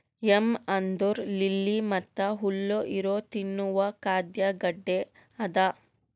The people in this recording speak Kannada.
ಯಂ ಅಂದುರ್ ಲಿಲ್ಲಿ ಮತ್ತ ಹುಲ್ಲು ಇರೊ ತಿನ್ನುವ ಖಾದ್ಯ ಗಡ್ಡೆ ಅದಾ